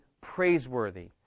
praiseworthy